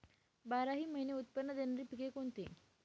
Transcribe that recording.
बाराही महिने उत्त्पन्न देणारी पिके कोणती?